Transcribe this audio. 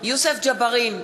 יוסף ג'בארין,